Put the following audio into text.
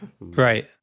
Right